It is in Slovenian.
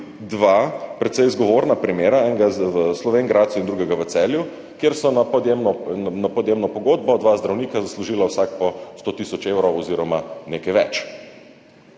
dva precej zgovorna primera, enega v Slovenj Gradcu in drugega v Celju, kjer sta na podjemno pogodbo dva zdravnika zaslužila vsaj po 100 tisoč evrov oziroma nekaj več.